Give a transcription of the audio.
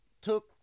took